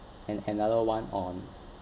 and another one on